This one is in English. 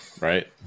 right